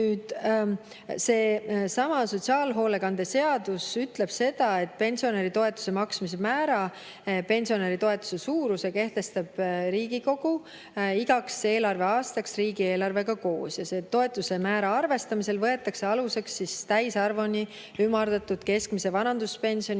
Seesama sotsiaalhoolekande seadus ütleb seda, et pensionäritoetuse maksmise määra, pensionäritoetuse suuruse kehtestab Riigikogu igaks eelarveaastaks riigieelarvega koos. Toetuse määra arvestamisel võetakse aluseks täisarvuni ümardatud keskmise vanaduspensioni